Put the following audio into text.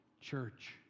church